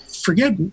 forget